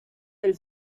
del